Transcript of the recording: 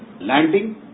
landing